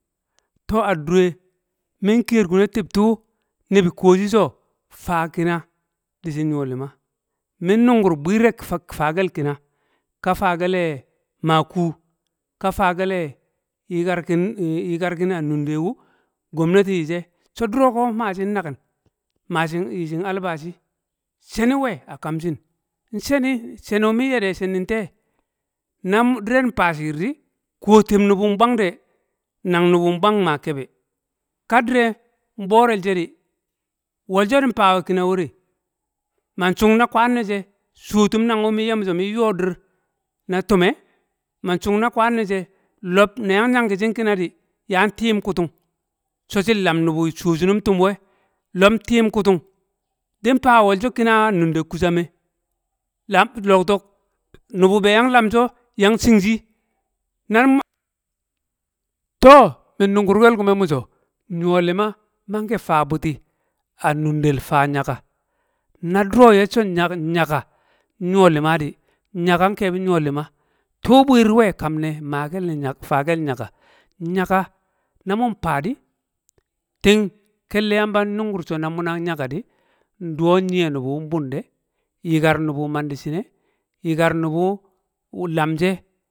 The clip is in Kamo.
to, a dure min kiyer kune tib tuu nibi kuwo shi so, faa kina, di shi nyo lima, min nungur bwiir e fa faa kel kina ka faa fele maa kuu, ka faa ku yikar kin yikar kin a nunde wu gomnati yi she. So duro ko mashir nakin, mashin yi shin albashi, sheni nwe a kam shin, nsheni, min ye de shenio she nte, na- mu na dire nfaa shiir di, ku wo tub nubu mbwangde nang nubu maa kebe. Ka dire nborel she di, wol so din faa we kina kore, man chung na kwaan ne she shuwo tum nan, wu min ye nin yo dir na tume, man chur na kwaan ne she, loh ne yang e shin kina di, yan lim kutung so shin lam nubu shuwa shinum tuum we, lob ntim kutung. Din faa we wol, so kina a dunde kusham e, lam- lobtok, nubu be yang lam so, yang ching shi, na din- to, min nunger kel kume mi so, nyo lima mange faa buti a nundel faa nyaka. Na duro ye shi so nya- nyaka nyo lima di, nyaka nkebi nyo lima. Tuu bwiir nwe a kam ne ma kel- faa kel nyaka, nyaka, na mun faa di, tung kelle yamba nnungur so na muna nyaka di nduwo nyiye nubu nbun de, yikar nubu ne di shine, yikan nubu lam she.